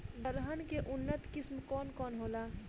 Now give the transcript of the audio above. दलहन के उन्नत किस्म कौन कौनहोला?